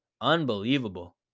Unbelievable